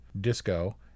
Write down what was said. disco